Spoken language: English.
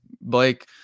Blake